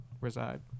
reside